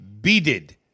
beaded